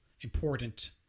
important